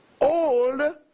Old